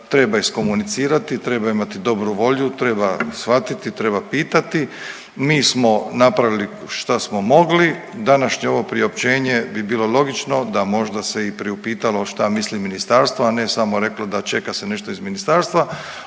treba iskomunicirati, treba imati dobru volju, treba shvatiti, treba pitati. Mi smo napravili šta smo mogli, današnje ovo priopćenje bi bilo logično da možda se i priupitalo šta misli Ministarstvo, a ne samo reklo da čeka se iz Ministarstva.